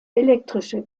elektrische